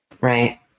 right